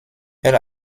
elle